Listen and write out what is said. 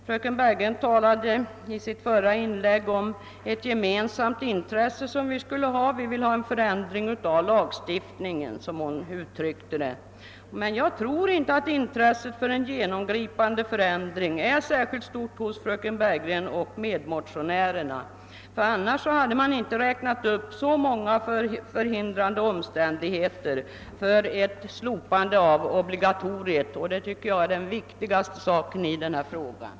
Fröken Bergegren talade i sitt förra inlägg om ett gemensamt intresse som vi skulle ha: vi vill få till stånd en förändring av lagstiftningen, som hon uttryckte det. Men jag tror inte att intresset för en genomgripande förändring är särskilt stort hos fröken Bergegren och hennes medmotionärer. Annars hade de inte räknat upp så många omständigheter som skulle lägga hinder i vägen för ett slopande av obligatoriet. Det tycker jag är den viktigaste saken i detta sammanhang.